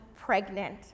pregnant